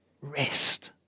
rest